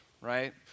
right